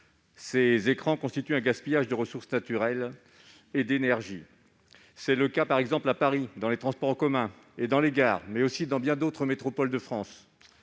qui provoquent un gaspillage de ressources naturelles et d'énergie. C'est le cas, par exemple, à Paris, dans les transports en commun et dans les gares, mais aussi dans bien d'autres métropoles de France.